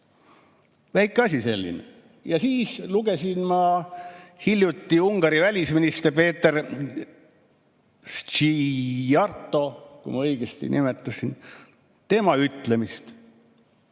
Väike asi selline. Ja siis lugesin ma hiljuti Ungari välisministri Péter Szijjártó, kui ma õigesti ütlesin, tema ütlemist: